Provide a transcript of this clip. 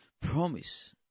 promise